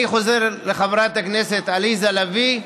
אני חוזר לחברת הכנסת עליזה לביא.